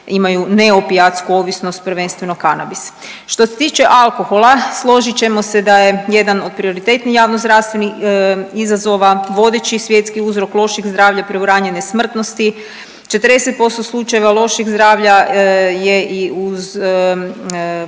imaju neopijatsku ovisnost, prvenstveno kanabis. Što se tiče alkohola, složit ćemo se da je jedan od prioritetnih javnozdravstvenih izazova, vodeći svjetski uzrok lošeg zdravlja, preuranjene smrtnosti, 40% slučajeva loših zdravlja je i uz